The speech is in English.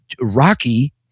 Rocky